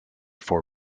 for